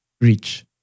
rich